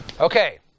Okay